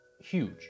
huge